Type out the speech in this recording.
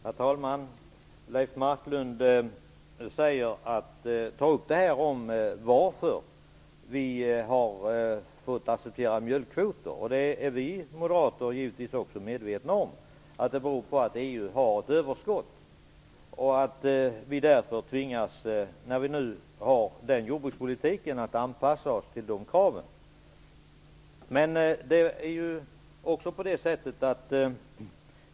Herr talman! Leif Marklund tar upp varför vi har fått lov att acceptera mjölkkvoter. Vi moderater är givetvis också medvetna om att det beror på att EU har överskott och att vi, när vi nu har den jordbrukspolitiken, tvingas att anpassa oss till de kraven.